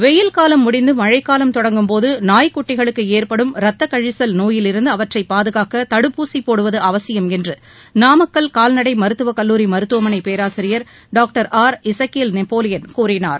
வெய்யில் காலம் முடிந்து மழைக்காலம் தொடங்கும் போது நாய்க்குட்டிகளுக்கு ஏற்படும் ரத்தக்கழிகல் நோயிலிருந்து அவற்றை பாதுகாக்க தடுப்பூசி போடுவது அவசியம் என்று நாமக்கல் கால்நடை மருத்துவக் கல்லூரி மருத்துவமனை பேராசிரியர் டாக்டர் ஆர் இசக்கியல் நெப்போலியன் கூறினார்